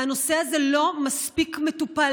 והנושא הזה לא מספיק מטופל,